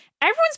Everyone's